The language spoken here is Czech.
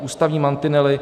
Ústavní mantinely.